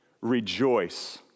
Rejoice